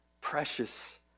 Precious